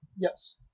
Yes